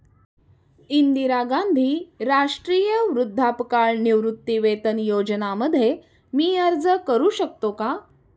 इंदिरा गांधी राष्ट्रीय वृद्धापकाळ निवृत्तीवेतन योजना मध्ये मी अर्ज का करू शकतो का?